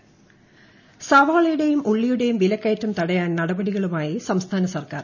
സവാള സവാളയുടെയും ഉള്ളിയുടെയും വിലക്കയറ്റം തടയാൻ നടപടിയുമായി സംസ്ഥാന സർക്കാർ